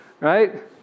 Right